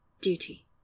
duty